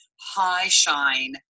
high-shine